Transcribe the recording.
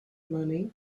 money